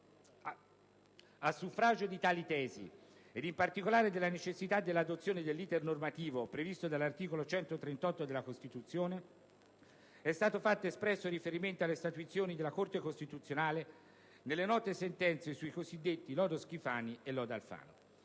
A suffragio di tali tesi, ed in particolare della necessità dell'adozione dell'*iter* normativo previsto dall'articolo 138 della Costituzione, è stato fatto espresso riferimento alle statuizioni della Corte costituzionale nelle note sentenze sui cosiddetti lodo Schifani e lodo Alfano.